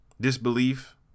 disbelief